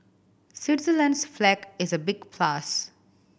Switzerland's flag is a big plus